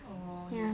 orh yeah